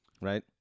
Right